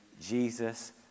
Jesus